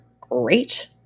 great